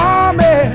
army